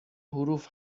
حروف